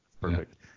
Perfect